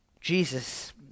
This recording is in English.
Jesus